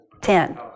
ten